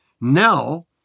Now